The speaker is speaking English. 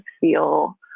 feel